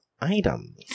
items